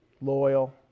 loyal